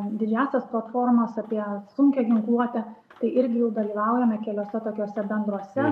didžiąsias platformas apie sunkią ginkluotę tai irgi jau dalyvaujame keliuose tokiuose bendruose